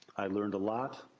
i learned a lot,